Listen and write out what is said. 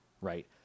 Right